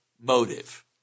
motive